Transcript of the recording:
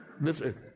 Listen